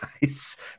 guys